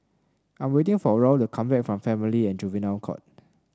I am waiting for Raul to come back from Family and Juvenile Court